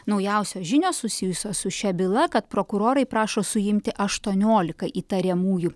naujausios žinios susijusios su šia byla kad prokurorai prašo suimti aštuoniolika įtariamųjų